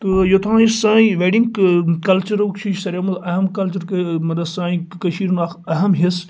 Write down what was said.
تہٕ یوٚتانۍ وۄنۍ یہِ سانہِ ویٚڈِنگ کَلچَرُک چھُ یہِ چھُ ساروٕیو منٛز اہم کَلچَر گٔے مَطلَب سانہِ کٔشیرِ منٛز اَکھ اَہم حصہٕ